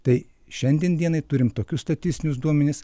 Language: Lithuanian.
tai šiandien dienai turim tokius statistinius duomenis